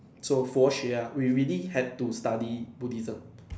so 佛学 ah we really had to study Buddhism